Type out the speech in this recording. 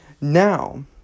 Now